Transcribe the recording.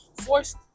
forced